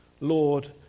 Lord